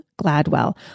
Gladwell